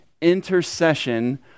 intercession